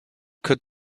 could